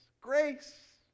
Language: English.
grace